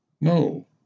No